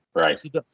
Right